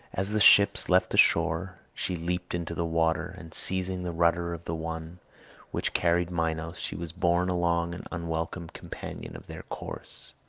as the ships left the shore, she leaped into the water, and seizing the rudder of the one which carried minos, she was borne along an unwelcome companion of their course.